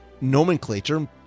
nomenclature